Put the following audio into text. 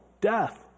death